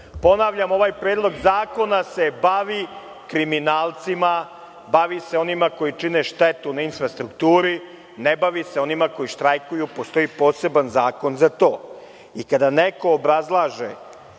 štrajkuju. Ponavljam, ovaj Predlog zakona se bavi kriminalcima, onima koji čine štetu na infrastrukturi, ne bavi se onima koji štrajkuju. Postoji poseban zakon za to. Kada neko obrazlaže,